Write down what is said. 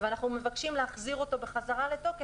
ואנחנו מבקשים להחזיר אותו חזרה לתוקף